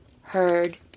Heard